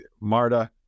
Marta